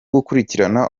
gukurikira